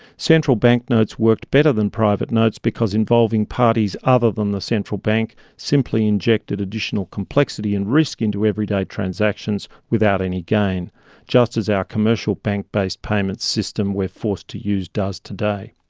central bank notes worked better than private notes because involving parties other than the central bank simply injected additional complexity and risk into everyday transactions without any gain just as our the commercial bank based payments system we're forced to use does today.